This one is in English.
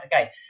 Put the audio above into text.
Okay